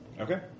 Okay